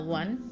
one